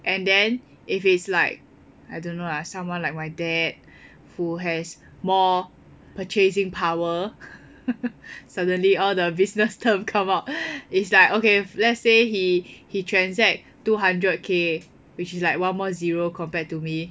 and then if it's like I don't know lah someone like my dad who has more purchasing power suddenly all the business term come out is like okay if let's say he he transact two hundred K which is like one more zero compared to me